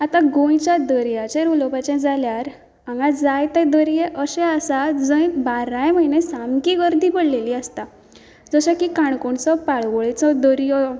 आतां गोंयच्या दर्याचेर उलोवपाचें जाल्यार हांगा जायते दर्या अशे आसात जंय बाराय म्हयने सामकी गर्दी पडिल्ली आसता जशें की काणकोणचो पाळोळेंचो दर्यो